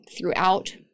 throughout